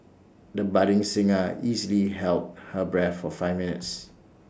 the budding singer easily held her breath for five minutes